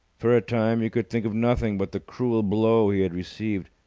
for a time he could think of nothing but the cruel blow he had received.